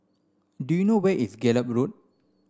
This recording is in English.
do you know where is Gallop Road